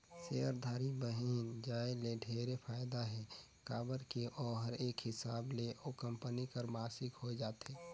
सेयरधारी बइन जाये ले ढेरे फायदा हे काबर की ओहर एक हिसाब ले ओ कंपनी कर मालिक होए जाथे